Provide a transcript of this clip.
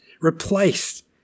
replaced